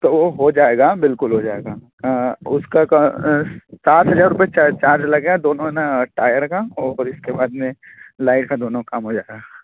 तो वह हो जाएगा बिल्कुल हो जाएगा उसका सात हज़ार रुपये चार्ज लगेगा दोनों ना टायर का और फिर इसके बाद में लाइट का दोनों काम हो जाएगा